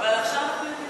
והשלישי לא יודע לשאול.